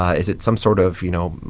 ah is it some sort of, you know,